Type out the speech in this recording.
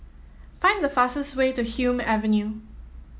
find the fastest way to Hume Avenue